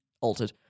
altered